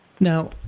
Now